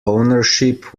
ownership